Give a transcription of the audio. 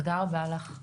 תודה רבה לך.